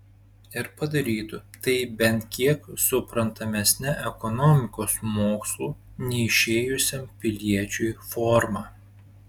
ir padarytų tai bent kiek suprantamesne ekonomikos mokslų neišėjusiam piliečiui forma